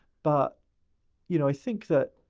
but you know, i think that